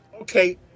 Okay